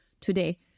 today